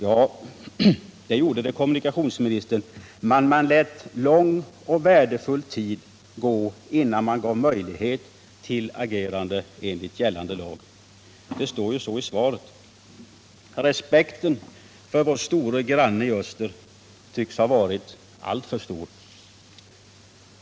Ja, det gjorde det, herr kommunikationsminister, men = territorialvatten man lät lång och värdefull tid gå innan man gav möjlighet till agerande enligt gällande lag. Det sägs ju så i svaret. Respekten för vår store granne i öster tycks ha varit alltför stor.